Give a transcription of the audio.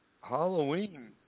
Halloween